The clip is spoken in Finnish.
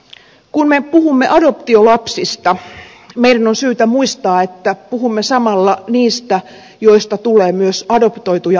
kun me puhumme adoptiolapsista meidän on syytä muistaa että puhumme samalla niistä joista tulee myös adoptoituja aikuisia